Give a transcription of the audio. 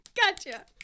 Gotcha